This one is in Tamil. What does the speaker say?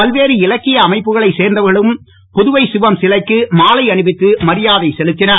பல்வேறு இலக்கிய அமைப்புகளை சேர்ந்தவர்களும் புதுவை சிவம் சிலைக்கு மாலை அணிவித்து மரியாதை செலுத்தினர்